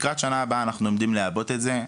לקראת השנה הבאה אנחנו עומדים לעבות את זה.